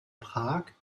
prag